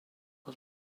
was